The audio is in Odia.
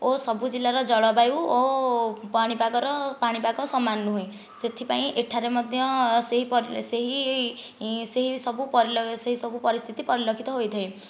ଓ ସବୁ ଜିଲ୍ଲାର ଜଳବାୟୁ ଓ ପାଣିପାଗର ପାଣିପାଗ ସମାନ ନୁହେଁ ସେଥିପାଇଁ ଏଠାରେ ମଧ୍ୟ ସେହିସବୁ ପରିସ୍ଥିତି ପରିଲକ୍ଷିତ ହୋଇଥାଏ